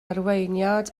arweiniad